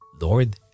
Lord